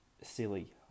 silly